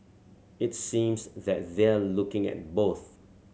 it seems that they're looking at both